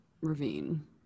ravine